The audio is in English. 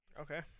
Okay